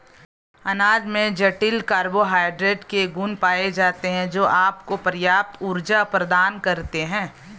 अनाज में जटिल कार्बोहाइड्रेट के गुण पाए जाते हैं, जो आपको पर्याप्त ऊर्जा प्रदान करते हैं